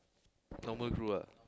normal crew ah